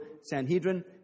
Sanhedrin